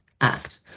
Act